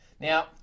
now